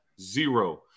Zero